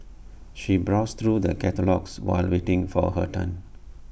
she browsed through the catalogues while waiting for her turn